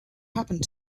happened